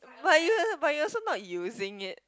but you but you also not using it